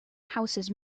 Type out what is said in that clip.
houses